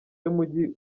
y’umujyi